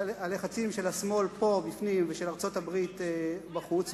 הלחצים של השמאל פה בפנים ושל ארצות-הברית בחוץ.